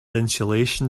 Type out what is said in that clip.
insulation